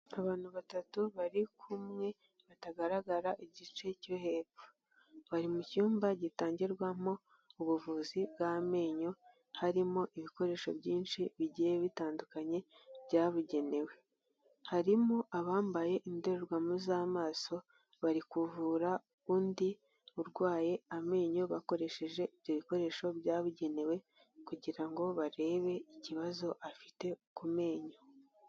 Abantu batatu bari kumwe batagaragara igice cyo hepfo, bari mu cyumba gitangirwamo ubuvuzi bw'amenyo. Harimo ibikoresho byinshi bigiye bitandukanye byabugenewe, harimo abambaye indorerwamo z'amaso bari kuvura undi urwaye amenyo bakoresheje ibyo bikoresho byabugenewe, kugira ngo barebe ikibazo afite ku menyo.